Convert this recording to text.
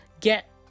get